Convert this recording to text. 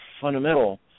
fundamental